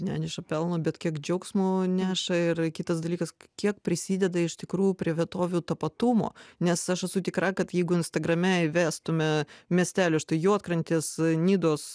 neneša pelno bet kiek džiaugsmo neša ir kitas dalykas kiek prisideda iš tikrųjų prie vietovių tapatumo nes aš esu tikra kad jeigu instagrame įvestume miestelio štai juodkrantės nidos